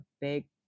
big